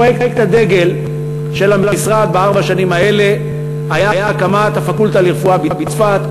פרויקט הדגל של המשרד בארבע השנים האלה היה הקמת הפקולטה לרפואה בצפת,